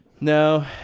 No